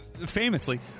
Famously